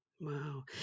Wow